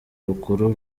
rukuru